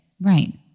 Right